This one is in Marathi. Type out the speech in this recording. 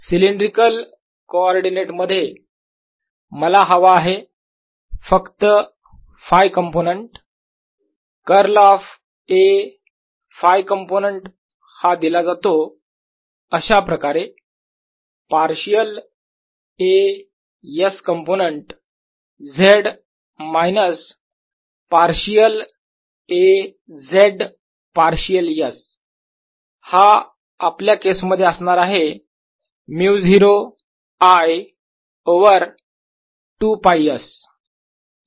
Bs0I2πsA सिलेंड्रिकल कॉर्डीनेट मध्ये मला हवा आहे फक्त Φ component curl of A Φ component हा दिला जातो अशाप्रकारे partial A s component z minus partial A z partial s हा आपल्या केस मध्ये असणार आहे μ0 I ओवर 2 π s